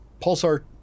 Pulsar